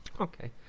Okay